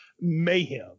mayhem